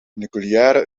nucleaire